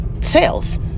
sales